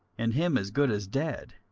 and him as good as dead,